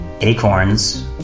acorns